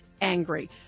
angry